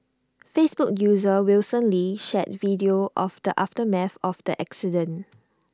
Facebook user Wilson lee shared video of the aftermath of the accident